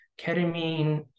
Ketamine